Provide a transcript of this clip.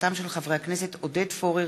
הצעתם של חברי הכנסת עודד פורר,